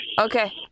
Okay